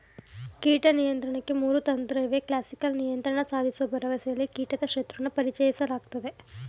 ಕೀಟ ನಿಯಂತ್ರಣಕ್ಕೆ ಮೂರು ತಂತ್ರಇವೆ ಕ್ಲಾಸಿಕಲ್ ನಿಯಂತ್ರಣ ಸಾಧಿಸೋ ಭರವಸೆಲಿ ಕೀಟದ ಶತ್ರುನ ಪರಿಚಯಿಸಲಾಗ್ತದೆ